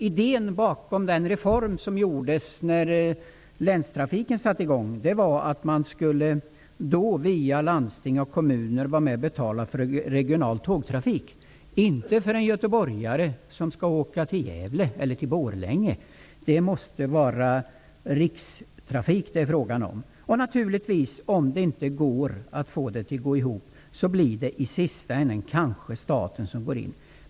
Idén bakom den reform som genomfördes när länstrafiken startade var att man via landsting och kommuner skulle vara med och betala för regional tågtrafik, inte för en göteborgare som skall åka till Gävle eller till Borlänge. Då måste det vara fråga om rikstrafik. Om det inte går att få trafiken att gå ihop blir det naturligtvis i sista hand staten som går in.